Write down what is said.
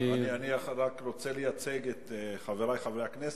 אני רק רוצה לייצג את חברי חברי הכנסת.